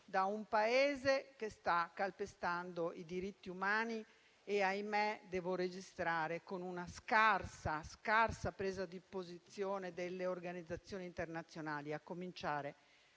da un Paese che sta calpestando i diritti umani e - ahimè - devo registrare con una scarsa presa di posizione da parte delle organizzazioni internazionali, a cominciare